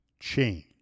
change